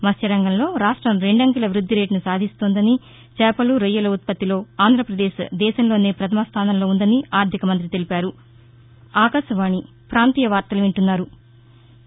మత్స్య రంగంలో రాష్ట్రం రెండంకెల వృద్దిరేటును సాధిస్తోందని చేపలు రొయ్యల ఉత్పత్తిలో ఆంధ్రప్రదేశ్ దేశంలోనే పథమ స్థానంలో ఉందని ఆర్థిక మంత్రి తెలిపారు